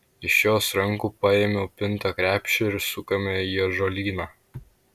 iš jos rankų paimu pintą krepšį ir sukame į ąžuolyną